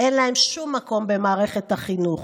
אין להן שום מקום במערכת החינוך.